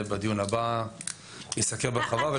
בדיון הבא זה יסקר בהרחבה,